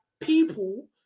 people